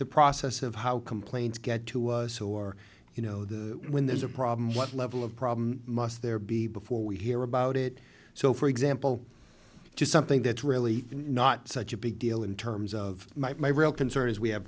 the process of how complaints get to was or you know the when there's a problem what level of problem must there be before we hear about it so for example just something that's really not such a big deal in terms of my real concern is we have